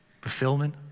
fulfillment